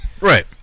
Right